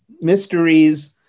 mysteries